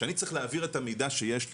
שאני צריך להעביר את המידע שיש לי,